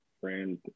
friend